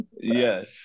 yes